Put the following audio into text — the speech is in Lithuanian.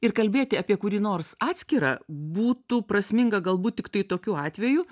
ir kalbėti apie kurį nors atskirą būtų prasminga galbūt tiktai tokiu atveju